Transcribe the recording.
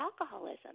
alcoholism